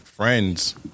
Friends